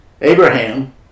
Abraham